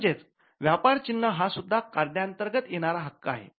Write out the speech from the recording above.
म्हणजेच व्यापार चिन्ह हा सुद्धा कायद्यांतर्गत येणारा हक्क आहे